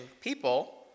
people